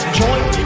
joint